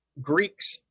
Greek's